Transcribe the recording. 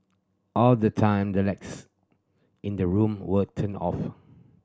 all the time the lights in the room were turned off